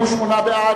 מי נגד?